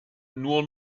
nur